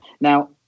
Now